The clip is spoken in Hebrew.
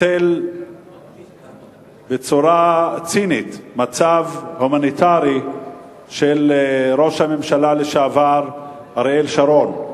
ניצל בצורה צינית מצב הומניטרי של ראש הממשלה לשעבר אריאל שרון,